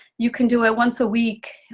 you can do it once a week,